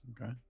Okay